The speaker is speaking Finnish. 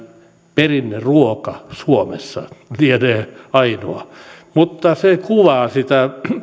perinneruoka suomessa lienee ainoa mutta se kuvaa sitä